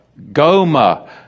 Goma